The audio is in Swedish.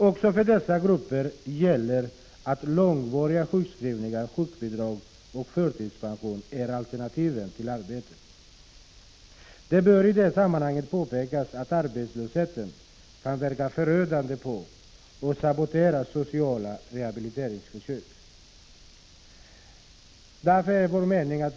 Också för dessa grupper gäller att långvariga sjukskrivningar, sjukbidrag och förtidspension är alternativen till arbete. Det bör i detta sammanhang påpekas att arbetslösheten kan verka förödande på och sabotera sociala rehabiliteringsförsök.